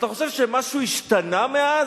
אתה חושב שמשהו השתנה מאז?